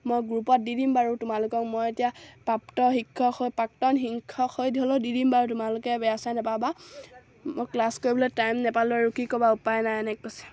মই গ্ৰুপত দি দিম বাৰু তোমালোকক মই এতিয়া প্ৰাপ্ত শিক্ষক হৈ প্ৰাক্তন শিক্ষক হৈ হ'লেও দি দিম বাৰু তোমালোকে বেয়া চেয়া নাপাবা মই ক্লাছ কৰিবলৈ টাইম নাপালোঁ আৰু কি ক'বা উপায় নাই এনেকৈ কৈছে